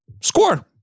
score